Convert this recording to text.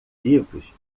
livros